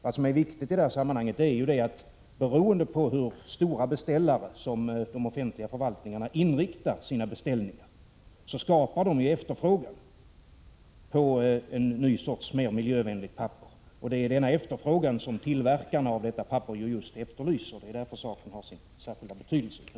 Vad som är viktigt i detta sammanhang är att inriktningen av de beställningar som görs av de stora offentliga förvaltningarna kan skapa en efterfrågan på mer miljövänliga papperssorter, och det är denna efterfrågan som tillverkarna av miljövänligt papper efterlyser. Det är därför som denna fråga har en särskild betydelse.